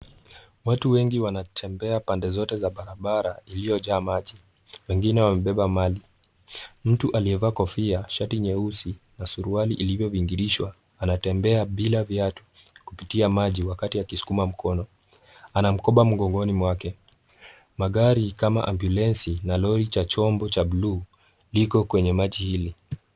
Watu wengi wanatembea pande zote za barabara iliyojaa maji, wengine wamebeba mali. Mtu aliyevaa kofia , shati nyeusi na suruali iliyovingirishwa anatembea bila viatu kupitia maji wakati akisukuma mkono. Ana mkoba mgongoni mwake . Magari kama ambulensi na lori cha chombo cha bluu liko kwenye maji hili.